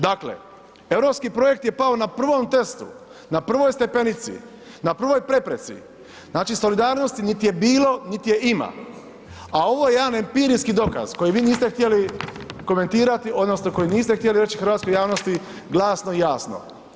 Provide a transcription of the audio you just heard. Dakle, europski projekt je pao na prvom testu, na prvoj stepenici, na prvoj prepreci, znači solidarnosti niti je bilo niti je ima, a ovo je jedan empirijski dokaz koji vi niste htjeli komentirati odnosno koji niste htjeli reći hrvatskoj javnosti glasno i jasno.